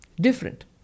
different